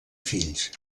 fills